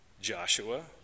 Joshua